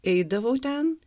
eidavau ten